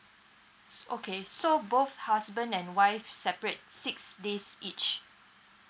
s~ okay so both husband and wife separate six days each